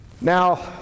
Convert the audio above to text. Now